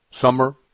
summer